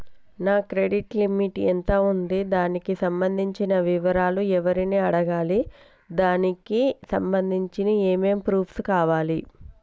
నా credit limit ఎంత ఉంది? దానికి సంబంధించిన వివరాలు ఎవరిని అడగాలి? దానికి సంబంధించిన ఏమేం ప్రూఫ్స్ కావాలి?